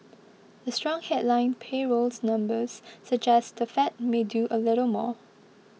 the strong headline payrolls numbers suggest the Fed may do a little more